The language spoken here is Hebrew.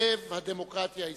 לב הדמוקרטיה הישראלית.